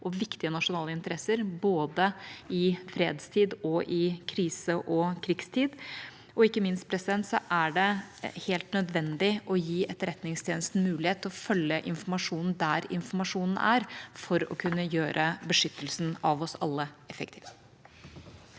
og viktige nasjonale interesser, både i fredstid og i krise- og krigstid. Ikke minst er det helt nødvendig å gi Etterretningstjenesten mulighet til å følge informasjonen der informasjonen er, for å kunne gjøre beskyttelsen av oss alle effektiv.